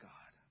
God